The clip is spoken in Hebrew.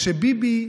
כשביבי,